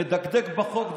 מדקדק בחוק.